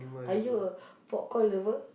are you a popcorn lover